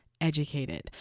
educated